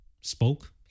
spoke